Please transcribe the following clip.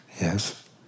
Yes